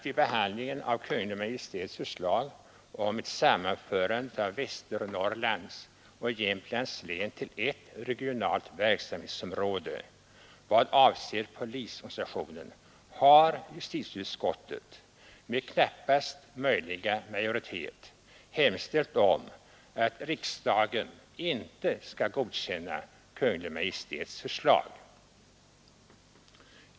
Vid behandlingen av Kungl. Maj:ts förslag om ett sammanförande av Västernorrlands och Jämtlands län till ett regionalt verksamhetsområde i vad avser polisorganisationen har justitieutskottet med knappaste möjliga majoritet hemställt om att riksdagen inte skall godkänna Kungl. Maj:ts förslag.